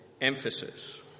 emphasis